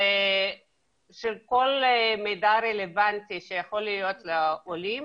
של כל מידע רלוונטי שיכול להיות לעולים